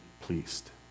pleased